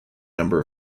number